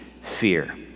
fear